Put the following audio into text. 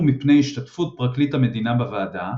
מפני השתתפות פרקליט המדינה בוועדה,